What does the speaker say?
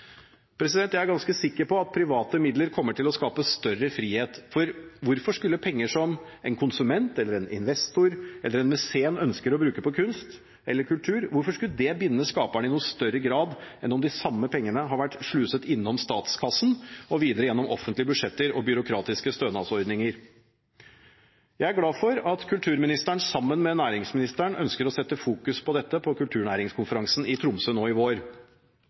større frihet. Hvorfor skulle penger som en konsument, investor eller mesén ønsker å bruke på kunst eller kultur, binde skaperen i større grad enn om de samme pengene har vært sluset innom statskassen, videre gjennom offentlige budsjetter og byråkratiske stønadsordninger? Jeg er glad for at kulturministeren sammen med næringsministeren ønsker å rette fokus på dette på kulturnæringskonferansen i Tromsø nå i vår.